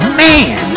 man